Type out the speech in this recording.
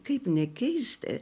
kaip nekeista